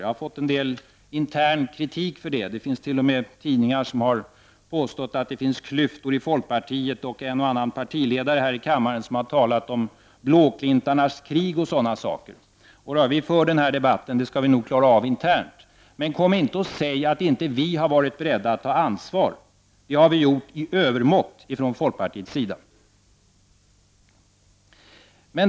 Jag har fått en del intern kritik för det. Det finns t.o.m. tidningar som har påstått att det finns klyftor i folkpartiet. En och annan partiledare har här i kammaren talat om blåklintarnas krig och sådant. En sådan debatt skall vi nog klara av internt. Men kom inte och säg att vi inte har varit beredda att ta ansvar! Det har vi gjort i övermått från folkpartiets sida.